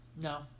No